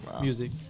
music